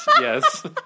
yes